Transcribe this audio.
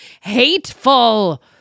hateful